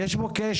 יש פה כשל.